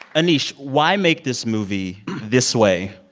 aneesh, why make this movie this way,